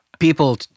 People